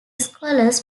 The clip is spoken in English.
scholars